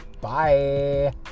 Bye